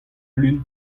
lun